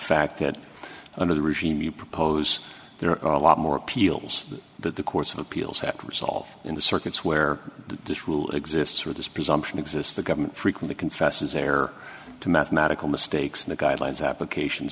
fact that under the regime you propose there are a lot more appeals that the courts of appeals have to resolve in the circuits where this rule exists or this presumption exists the government frequently confesses error to mathematical mistakes in the guidelines applications